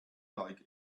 like